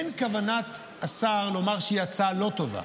אין כוונת השר לומר שהיא הצעה לא טובה,